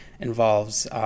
involves